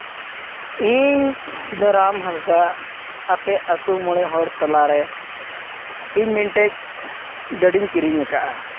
ᱤᱧ ᱥᱩᱱᱟᱹᱨᱟᱢ ᱦᱟᱸᱥᱫᱟ ᱟᱯᱮ ᱟᱹᱛᱩ ᱢᱚᱬᱮ ᱦᱚᱲ ᱛᱟᱞᱟᱨᱮ ᱤᱧ ᱢᱤᱫᱴᱮᱱ ᱜᱟᱹᱰᱤᱧ ᱠᱤᱨᱤᱧ ᱟᱠᱟᱫᱼᱟ